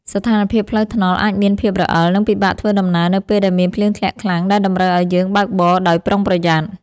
ស្ថានភាពផ្លូវថ្នល់អាចមានភាពរអិល និងពិបាកធ្វើដំណើរនៅពេលដែលមានភ្លៀងធ្លាក់ខ្លាំងដែលតម្រូវឱ្យយើងបើកបរដោយប្រុងប្រយ័ត្ន។